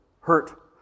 hurt